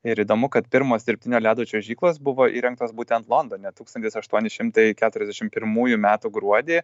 ir įdomu kad pirmos dirbtinio ledo čiuožyklos buvo įrengtos būtent londone tūkstantis aštuoni šimtai keturiasdešim pirmųjų metų gruodį